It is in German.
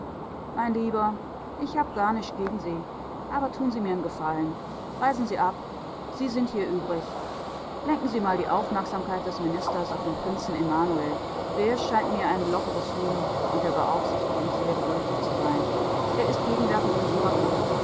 mein lieber ich hab gar nischt gegen sie aber tun sie mir nen gefallen reisen sie ab sie sind hier übrig lenken sie mal die aufmerksamkeit des ministers auf den prinzen emanuel der scheint mir ein lockeres huhn und der beaufsichtigung sehr bedürftig zu sein er ist gegenwärtig in